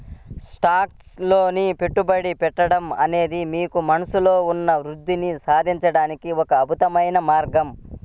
stocks లో పెట్టుబడి పెట్టడం అనేది మీకు మనస్సులో ఉన్న వృద్ధిని సాధించడానికి ఒక అద్భుతమైన మార్గం